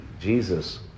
Jesus